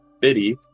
Biddy